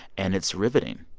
and it's riveting.